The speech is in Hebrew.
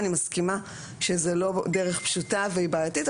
אני מסכימה שזה לא דרך פשוטה והיא בעייתית.